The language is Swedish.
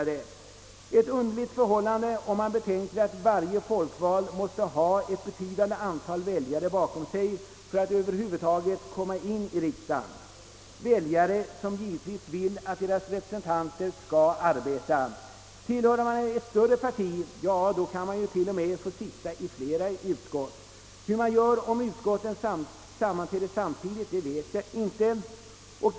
Det är ett underligt förhållande om man betänker, att varje folkvald måste ha ett betydande antal väljare bakom sig för att över huvud taget komma till riksdagen, väljare som givetvis vill att deras representant skall arbeta. Tillhör man ett större parti kan man t.o.m. få sitta i flera utskott. Hur man gör om utskotten sammanträder samtidigt vet jag inte.